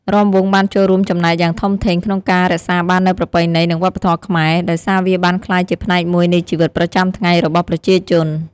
រាំវង់បានចូលរួមចំណែកយ៉ាងធំធេងក្នុងការរក្សាបាននូវប្រពៃណី និងវប្បធម៌ខ្មែរ ដោយសារវាបានក្លាយជាផ្នែកមួយនៃជីវិតប្រចាំថ្ងៃរបស់ប្រជាជន។